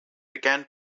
began